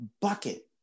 bucket